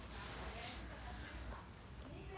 okay